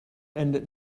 endet